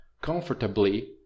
comfortably